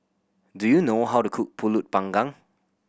do you know how to cook Pulut Panggang